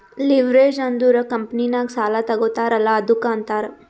leverage ಅಂದುರ್ ಕಂಪನಿನಾಗ್ ಸಾಲಾ ತಗೋತಾರ್ ಅಲ್ಲಾ ಅದ್ದುಕ ಅಂತಾರ್